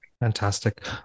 Fantastic